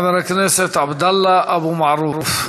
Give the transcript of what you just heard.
חבר הכנסת עבדאללה אבו מערוף.